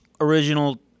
original